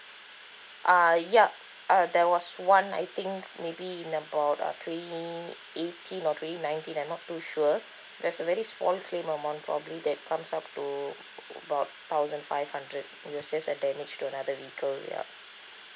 ah yup uh there was one I think maybe in about uh twenty eighteen or twenty nineteen I'm not too sure there's already spoiled claim amount probably that comes up to about thousand five hundred we assess a damage to another vehicle yup